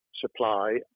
supply